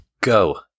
Go